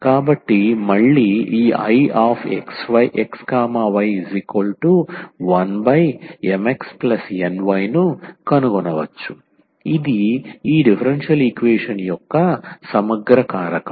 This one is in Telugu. కాబట్టి మళ్ళీ ఈ Ixy1MxNy ను కనుగొనవచ్చు ఇది ఈ డిఫరెన్షియల్ ఈక్వేషన్ యొక్క సమగ్ర కారకం